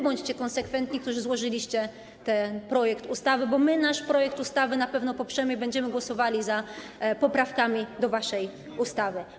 Bądźcie konsekwentni wy, którzy złożyliście ten projekt ustawy, bo my nasz projekt ustawy na pewno poprzemy i będziemy głosowali za przyjęciem poprawek do waszej ustawy.